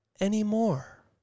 Anymore